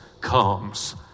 comes